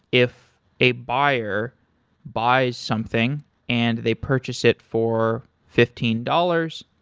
if a buyer buys something and they purchase it for fifteen dollars,